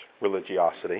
religiosity